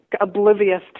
oblivious